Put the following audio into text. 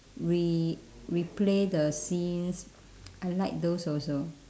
re~ replay the scenes I like those also